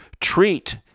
treat